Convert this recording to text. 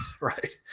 right